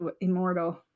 immortal